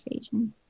Asian